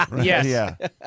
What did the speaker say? Yes